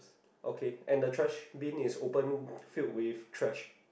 okay and the trash bin is open filled with trash